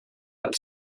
els